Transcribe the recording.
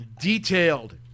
detailed